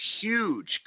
huge